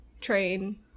train